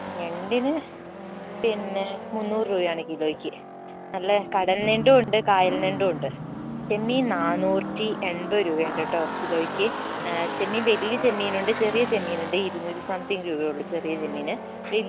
ഞണ്ടിന് പിന്നെ മുന്നൂറ് രൂപ ആണ് കിലോക്ക് നല്ല കടൽ ഞണ്ട് ഉണ്ട് കായൽഞ്ഞണ്ട് ഉണ്ട് ചെമീൻ നാന്നൂറ്റി എൺപത് രൂപയുണ്ട്ട്ടോ കിലോയ്ക്ക് ചെമ്മീൻ വലിയ ചെമ്മീൻ ഉണ്ട് ചെറിയ ചെമ്മീനും ഉണ്ട് ഇരുനൂറ്റി സംത്തിംഗ് രൂപയാവുള്ളൂ ചെറിയ ചെമ്മീൻ